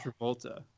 travolta